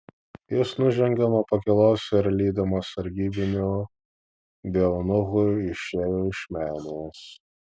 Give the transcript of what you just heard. jis nužengė nuo pakylos ir lydimas sargybinių bei eunuchų išėjo iš menės